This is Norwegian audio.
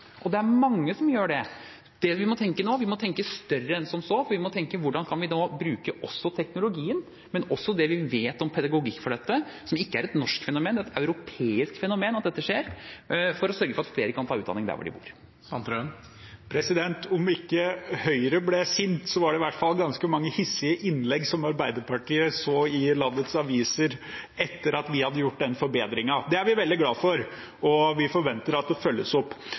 og det er mange som gjør det. Nå må vi tenke større enn som så. Vi må tenke: Hvordan kan vi nå bruke teknologien, men også det vi vet om pedagogikk for dette – som ikke er et norsk fenomen, det er et europeisk fenomen at dette skjer – for å sørge for at flere kan ta utdanning der hvor de bor? Nils Kristen Sandtrøen – til oppfølgingsspørsmål. Om ikke Høyre ble sinte, var det i hvert fall ganske mange hissige innlegg som Arbeiderpartiet så i landets aviser etter at vi hadde gjort den forbedringen. Det er vi veldig glad for, og vi forventer at det følges opp.